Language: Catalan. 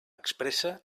expressa